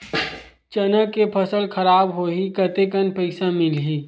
चना के फसल खराब होही कतेकन पईसा मिलही?